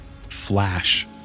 flash